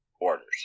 orders